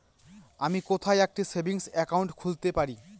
আমি কোথায় একটি সেভিংস অ্যাকাউন্ট খুলতে পারি?